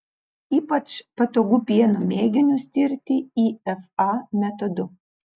ypač patogu pieno mėginius tirti ifa metodu